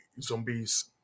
zombies